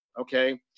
Okay